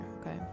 okay